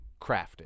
crafted